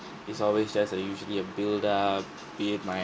it's always just a usually a build-up be it my